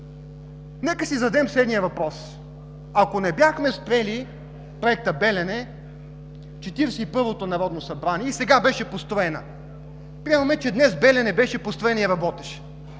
Нека си зададем следния въпрос: ако не бяхме спрели проекта „Белене“ в 41-ото народно събрание и сега си представим, че днес „Белене“ беше построена и работеше,